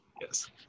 Yes